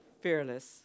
Fearless